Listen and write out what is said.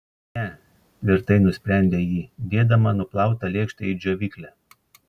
ne tvirtai nusprendė ji dėdama nuplautą lėkštę į džiovyklę